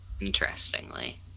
Interestingly